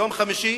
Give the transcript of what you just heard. ביום חמישי,